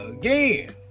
Again